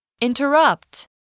Interrupt